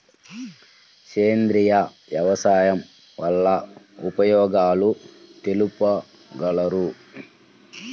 సేంద్రియ వ్యవసాయం వల్ల ఉపయోగాలు తెలుపగలరు?